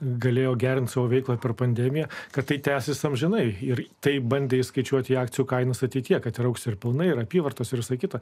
galėjo gerinti savo veiklą per pandemiją kad tai tęsis amžinai ir taip bandė išskaičiuoti akcijų kainos ateityje kad ir augs ir pilnai ir apyvartos ir visa kita